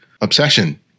obsession